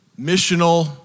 missional